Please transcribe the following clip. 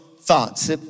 thoughts